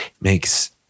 makes